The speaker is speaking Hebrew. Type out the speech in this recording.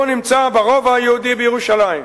הוא נמצא ברובע היהודי בירושלים,